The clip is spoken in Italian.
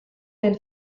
del